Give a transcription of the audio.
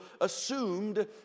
assumed